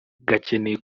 gakeneye